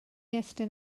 estyn